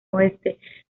oeste